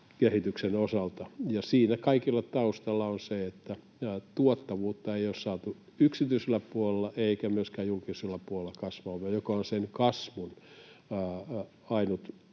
velkakehityksen osalta. Siinä kaikilla taustalla on se, että tuottavuutta ei ole saatu yksityisellä puolella eikä myöskään julkisella puolella kasvamaan, mikä on sen kasvun ainut